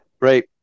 right